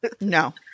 no